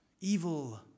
Evil